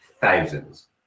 thousands